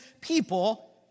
people